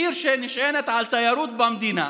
עיר שנשענת על תיירות במדינה,